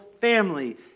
family